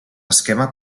esquema